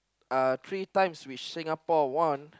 uh three times which Singapore won